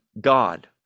God